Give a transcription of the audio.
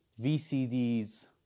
VCDs